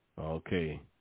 Okay